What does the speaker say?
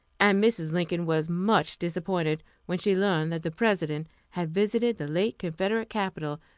and mrs. lincoln was much disappointed when she learned that the president had visited the late confederate capital,